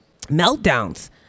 meltdowns